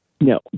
No